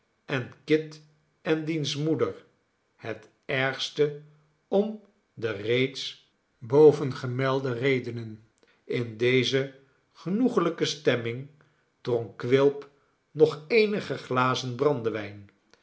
en kit en diens moeder het ergste om de reeds bovengemelde redenen in deze genoeglijke stemming dronk quilp nog eenige glazen brandewijn